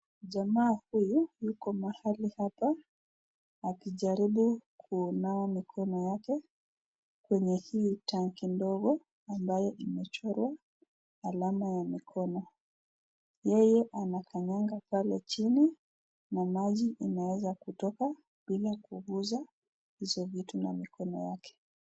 Jamaa huyu yuko mahali hapa akijaribu kunawa mikono yake kwenye hii tanki ndogo ambayo imechorwa alama ya mikono. Yeye anakanyanga pale chini na maji inaweza kutoka bila kuguza hiyo maji na mikono yake.